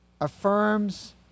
affirms